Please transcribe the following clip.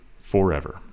Forever